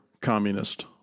communist